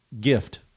gift